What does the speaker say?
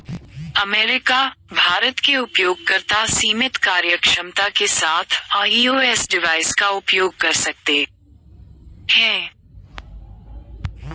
America, Bharat के उपयोगकर्ता सीमित कार्यक्षमता के साथ आई.ओ.एस डिवाइस का उपयोग कर सकते हैं